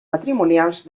matrimonials